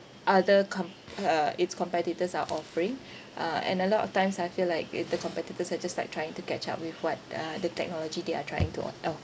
other com~ uh its competitors are offering uh and a lot of times I feel like uh the competitors are just like trying to catch up with what uh the technology they are trying to on offer